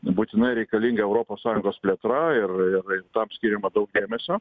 būtinai reikalinga europos sąjungos plėtra ir ir tam skiriama daug dėmesio